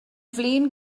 flin